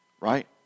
right